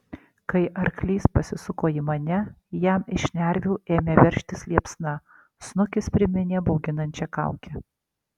kai arklys pasisuko į mane jam iš šnervių ėmė veržtis liepsna snukis priminė bauginančią kaukę